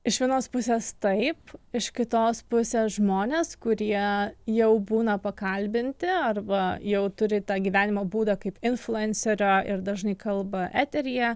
iš vienos pusės taip iš kitos pusės žmonės kurie jau būna pakalbinti arba jau turi tą gyvenimo būdą kaip influencerio ir dažnai kalba eteryje